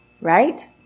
right